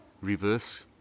reverse